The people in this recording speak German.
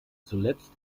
zuletzt